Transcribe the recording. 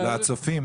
לצופים.